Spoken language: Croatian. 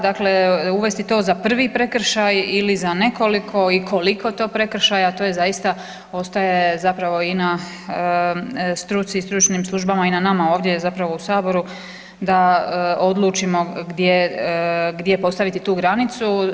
Dakle, uvesti to za prvi prekršaj ili za nekoliko i koliko to prekršaja, to je zaista, ostaje zapravo i na struci i stručnim službama i na nama ovdje zapravo u Saboru da odlučimo gdje postaviti tu granicu.